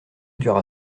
dura